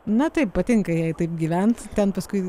na taip patinka jai taip gyvent ten paskui